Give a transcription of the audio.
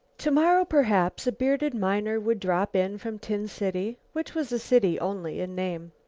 tomorrow, perhaps, a bearded miner would drop in from tin city, which was a city only in name.